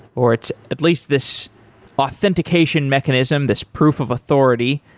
or it's at least this authentication mechanism, this proof of authority.